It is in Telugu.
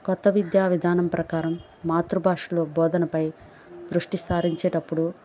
కొత్త విద్యా విధానం ప్రకారం మాతృభాషలో బోధనపై దృష్టి సారించేటప్పుడు